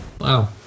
Wow